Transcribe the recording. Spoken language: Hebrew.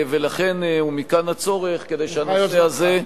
לכן, ומכאן הצורך, כדי שהנושא הזה,